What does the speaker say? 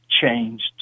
changed